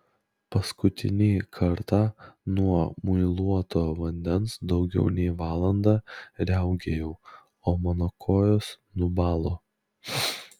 paskutinį kartą nuo muiluoto vandens daugiau nei valandą riaugėjau o mano kojos nubalo